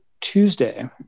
Tuesday